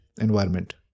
environment